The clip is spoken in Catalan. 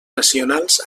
nacionals